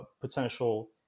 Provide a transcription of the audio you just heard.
potential